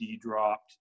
dropped